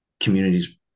communities